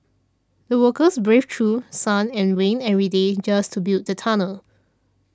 the workers braved through sun and rain every day just to build the tunnel